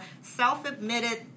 self-admitted